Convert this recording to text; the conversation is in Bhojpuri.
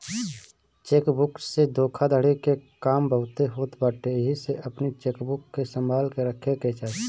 चेक बुक से धोखाधड़ी के काम बहुते होत बाटे एही से अपनी चेकबुक के संभाल के रखे के चाही